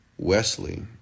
Wesley